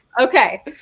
Okay